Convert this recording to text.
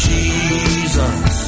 Jesus